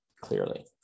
clearly